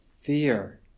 fear